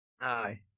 aye